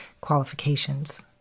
qualifications